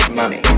Money